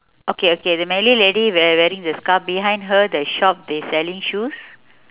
okay okay the malay lady we~ wearing the scarf behind her the shop they selling shoes